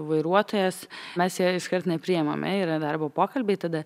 vairuotojas mes jo iškart nepriėmame yra darbo pokalbiai tada